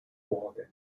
walden